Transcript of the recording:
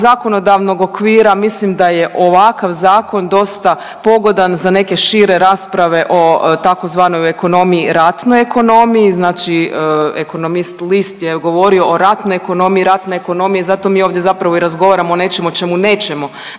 zakonodavnog okvira mislim da je ovakav zakon dosta pogodan za neke šire rasprave o tzv. ekonomiji, ratnoj ekonomiji, znači ekonomist list je govorio o ratnoj ekonomiji, ratnoj ekonomiji, zato mi ovdje zapravo i razgovaramo o nečemu o čemu nećemo